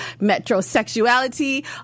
metrosexuality